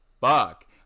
fuck